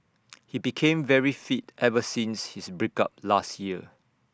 he became very fit ever since his break up last year